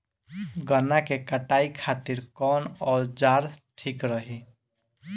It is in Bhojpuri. गन्ना के कटाई खातिर कवन औजार ठीक रही?